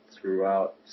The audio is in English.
throughout